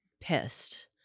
pissed